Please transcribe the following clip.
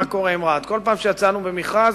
בכל פעם שיצאנו במכרז,